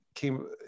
Came